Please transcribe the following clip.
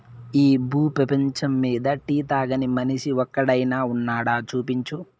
ఈ భూ పేపంచమ్మీద టీ తాగని మనిషి ఒక్కడైనా వున్నాడా, చూపించు